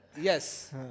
yes